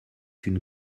une